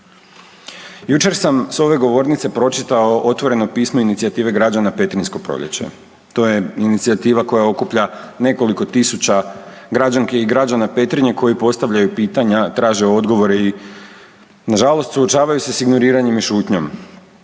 Jučer sam s ove govornice pročitao otvoreno pismo inicijative građana Petrinjsko proljeće. To je inicijativa koja okuplja nekoliko tisuća građanki i građana Petrinja koji postavljaju pitanja, traže odgovore i nažalost suočavaju se s ignoriranjem i šutnjom.